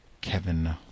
kevin